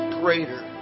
greater